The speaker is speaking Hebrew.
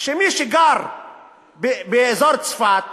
שמי שגר באזור צפת